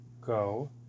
go